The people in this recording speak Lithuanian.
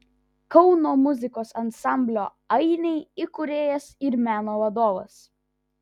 kauno muzikos ansamblio ainiai įkūrėjas ir meno vadovas